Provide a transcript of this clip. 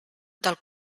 del